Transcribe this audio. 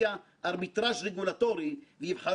יש להשוות המצב בין הרגולטורים.